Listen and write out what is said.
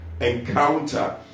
Encounter